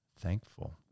thankful